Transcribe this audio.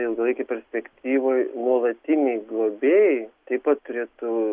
ilgalaikėj perspektyvoj nuolatiniai globėjai taip pat turėtų